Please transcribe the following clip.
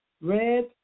red